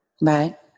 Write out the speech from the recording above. Right